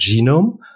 genome